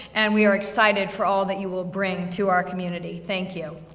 and we are excited for all that you will bring to our community, thank you.